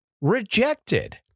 rejected